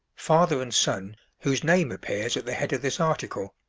father and son, whose name appears at the head of this article,